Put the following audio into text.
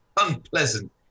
unpleasant